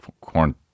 corn